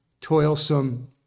toilsome